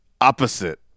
opposite